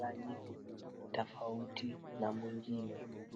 rangi tofauti na mwingine.